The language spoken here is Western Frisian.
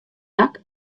dak